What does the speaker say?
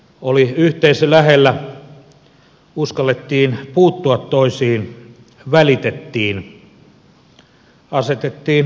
oli yhteisö lähellä uskallettiin puuttua toisiin välitettiin asetettiin rajoja